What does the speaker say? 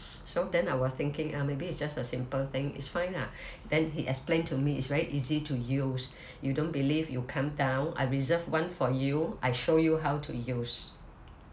so then I was thinking uh maybe it's just a simple thing it's fine lah then he explained to me it's very easy to use you don't believe you come down I reserve one for you I show you how to use